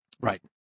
Right